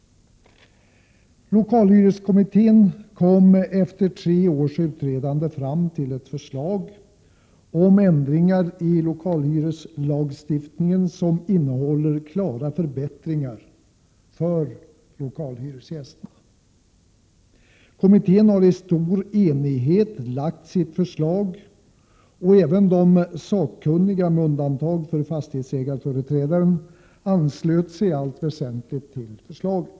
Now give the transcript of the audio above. Lokalhyreskommittén lade efter tre års utredande fram ett förslag om ändringar i lokalhyreslagstiftningen. Detta förslag innehåller klara förbättringar för lokalhyresgästerna. Kommittén har i stor enighet lagt fram sitt förslag. Och även de sakkunniga, med undantag för fastighetsägarföreträdaren, anslöt sig i allt väsentligt till förslaget.